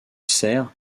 sert